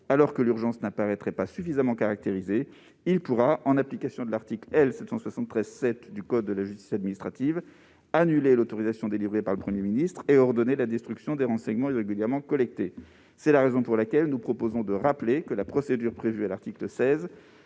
sans urgence suffisamment caractérisée, il pourra, en application de l'article L. 773-7 du code de justice administrative, annuler l'autorisation délivrée par le Premier ministre et ordonner la destruction des renseignements irrégulièrement collectés. Nous proposons donc, par cet amendement, de rappeler que la procédure prévue à l'article 16